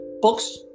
Books